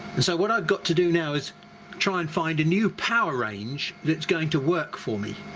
and so what i've got to do now is try and find a new power range that's going to work for me.